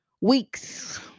weeks